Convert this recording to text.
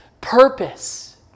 purpose